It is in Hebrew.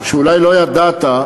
אולי לא ידעת,